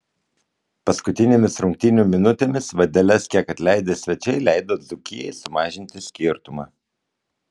paskutinėmis rungtynių minutėmis vadeles kiek atleidę svečiai leido dzūkijai sumažinti skirtumą